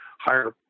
higher